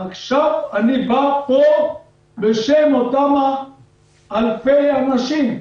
עכשיו אני בא לפה בשם אותם אלפי אנשים.